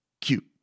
cute